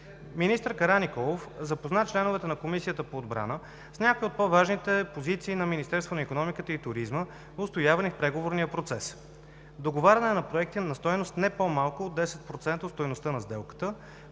Министър Караниколов запозна членовете на Комисията по отбрана с някои от по-важните позициите на Министерството на икономиката и туризма, отстоявани в преговорния процес: договаряне на проекти на стойност не по-малка от 10% от стойността на сделката;